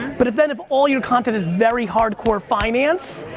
but if then if all your content is very hardcore finance,